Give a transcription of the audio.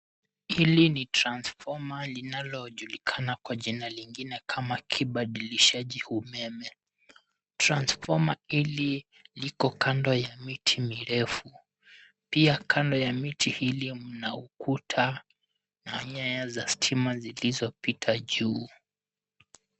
Hili ni transfoma linalojulikana kwa jina lingine kama kibadilishaji umeme. Transfoma hili liko kando ya miti mirefu . Pia kando ya miti hili mna ukuta na nyaya za stima zilizopita juu.